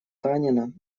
танина